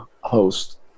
host